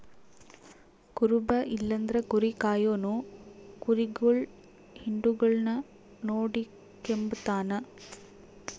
ಕುರುಬ ಇಲ್ಲಂದ್ರ ಕುರಿ ಕಾಯೋನು ಕುರಿಗುಳ್ ಹಿಂಡುಗುಳ್ನ ನೋಡಿಕೆಂಬತಾನ